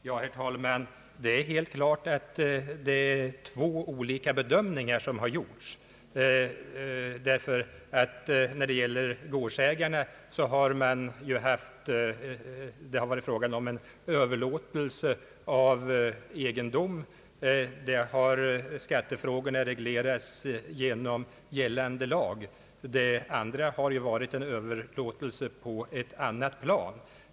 Herr talman! Det är helt klart att två olika bedömningar gjorts. När det gäller gårdsägarna har det varit fråga om en överlåtelse av egendom. Där har skattefrågorna reglerats genom gällande lag. För de andra gällde det en gottgörelse på ett annat plan.